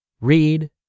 read